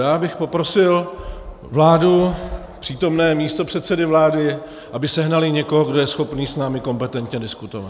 Já bych poprosil vládu a přítomné místopředsedy vlády, aby sehnali někoho, kdo je schopen s námi kompetentně diskutovat.